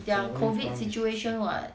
there are COVID situation [what]